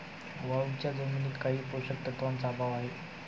वाळूच्या जमिनीत काही पोषक तत्वांचा अभाव आहे